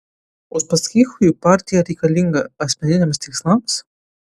uspaskichui partija reikalinga asmeniniams tikslams